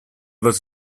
was